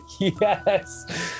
yes